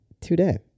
today